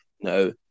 no